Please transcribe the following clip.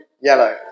yellow